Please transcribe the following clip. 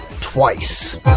twice